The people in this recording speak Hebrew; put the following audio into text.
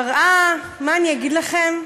מראה, מה אני אגיד לכם?